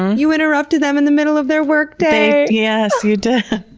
you interrupted them in the middle of their workday! yes, you did.